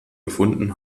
gefunden